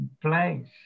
place